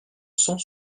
cent